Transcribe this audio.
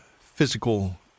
physical